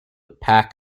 pack